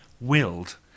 willed